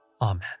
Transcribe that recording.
Amen